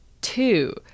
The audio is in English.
two